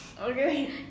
Okay